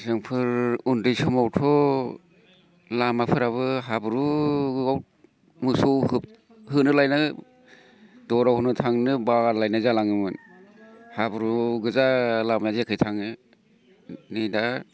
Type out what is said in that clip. जोंफोर उन्दै समावथ' लामाफोराबो हाब्रुआव मोसौ होनोलायना दरावनो थांनो बालायनाय जालाङोमोन हाब्रुगोजा लामाया जेखै थाङो नै दा